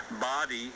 body